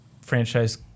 franchise